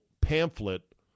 pamphlet